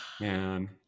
Man